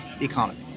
economy